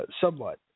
somewhat